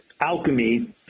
alchemy